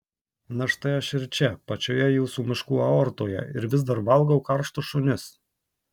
na štai aš ir čia pačioje jūsų miškų aortoje ir vis dar valgau karštus šunis